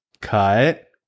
cut